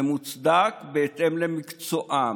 זה מוצדק בהתאם למקצועם.